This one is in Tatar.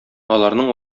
аларның